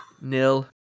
nil